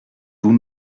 vous